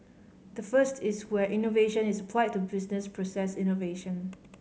the first is where innovation is applied to business process innovation